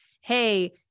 hey